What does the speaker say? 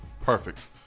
perfect